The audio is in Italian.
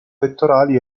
pettorali